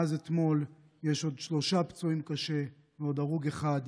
מאז אתמול יש עוד שלושה פצועים קשה ועוד הרוג אחד.